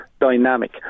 dynamic